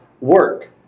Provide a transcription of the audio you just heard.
work